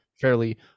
fairly